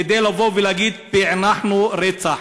כדי לבוא ולהגיד: פענחנו רצח.